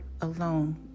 alone